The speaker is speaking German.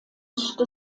des